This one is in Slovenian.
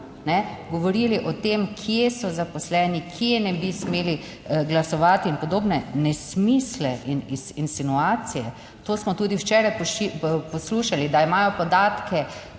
govorili o tem, kje so zaposleni, kje ne bi smeli glasovati in podobne nesmisle in insinuacije. To smo tudi včeraj poslušali, da imajo podatke